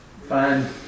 fine